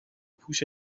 پوش